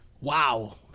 Wow